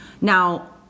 Now